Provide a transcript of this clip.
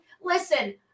Listen